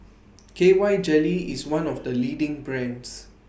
K Y Jelly IS one of The leading brands